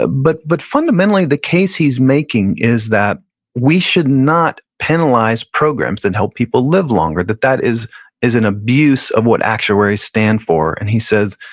ah but but fundamentally, the case he's making is that we should not penalize programs that and help people live longer that that is is an abuse of what actuaries stand for. and he says,